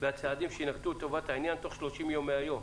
ואת הצעדים שיינקטו לטובת העניין תוך 30 יום מהיום.